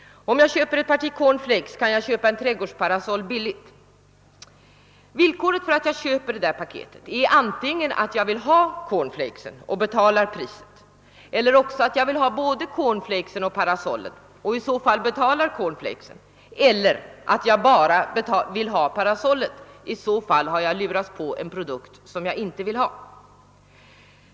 Om jag köper ett paket cornflakes kan jag köpa ett trädgårdsparasoll billigt. Motivet för att köpa paketet är antingen att jag vill ha cornflakes och betalar priset eller också att jag vill ha både cornflakes och parasollet och i så fall betalar cornflakespaketet och parasollet eller att jag bara vill ha parasollet — i så fall har jag pålurats en produkt som jag inte vill ha.